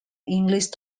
english